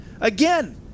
Again